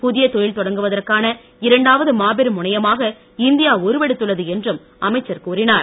புதிய தொழில் தொடங்குவதற்கான இரண்டாவது மாபெரும் முனையமாக இந்தியா உருவெடுத்துள்ளது என்றும் அமைச்சர் கூறினார்